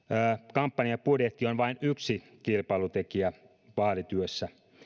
kampanjabudjetti on vain yksi kilpailutekijä vaalityössä